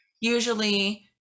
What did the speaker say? usually